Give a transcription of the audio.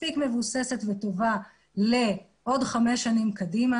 מספיק מבוססת וטובה לעוד חמש שנים קדימה,